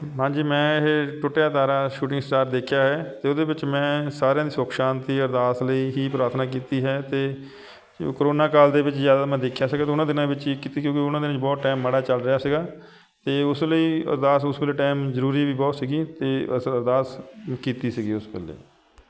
ਹਾਂਜੀ ਮੈਂ ਇਹ ਟੁੱਟਿਆ ਤਾਰਾ ਸ਼ੂਟਿੰਗ ਸਟਾਰ ਦੇਖਿਆ ਹੈ ਅਤੇ ਉਹਦੇ ਵਿੱਚ ਮੈਂ ਸਾਰਿਆਂ ਦੀ ਸੁੱਖ ਸ਼ਾਂਤੀ ਅਰਦਾਸ ਲਈ ਹੀ ਪ੍ਰਾਰਥਨਾ ਕੀਤੀ ਹੈ ਅਤੇ ਕਰੋਨਾ ਕਾਲ ਦੇ ਵਿੱਚ ਜ਼ਿਆਦਾ ਮੈਂ ਦੇਖਿਆ ਸੀਗਾ ਕਿ ਉਹਨਾਂ ਦਿਨਾਂ ਵਿੱਚ ਹੀ ਕੀਤੀ ਕਿਉਂਕਿ ਉਹਨਾਂ ਦਿਨਾਂ 'ਚ ਬਹੁਤ ਟਾਈਮ ਮਾੜਾ ਚੱਲ ਰਿਹਾ ਸੀਗਾ ਅਤੇ ਉਸ ਲਈ ਅਰਦਾਸ ਉਸ ਵੇਲੇ ਟਾਈਮ ਜ਼ਰੂਰੀ ਵੀ ਬਹੁਤ ਸੀਗੀ ਅਤੇ ਅਸ ਅਰਦਾਸ ਕੀਤੀ ਸੀਗੀ ਉਸ ਵੇਲੇ